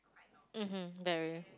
mm mm very